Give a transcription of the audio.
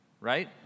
right